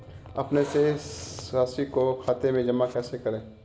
अपने शेष राशि को खाते में जमा कैसे करें?